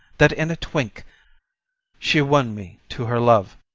that in a twink she won me to her love.